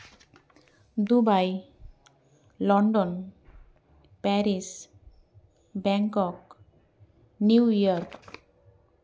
Dubai London Paris Bangkok New York